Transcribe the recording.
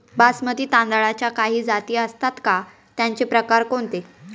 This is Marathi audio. बासमती तांदळाच्या काही जाती असतात का, त्याचे प्रकार कोणते?